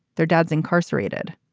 their dad's incarcerated.